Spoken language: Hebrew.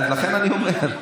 למליאה?